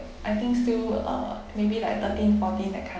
I think still uh maybe like thirteen fourteen that kind